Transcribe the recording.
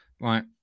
right